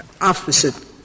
opposite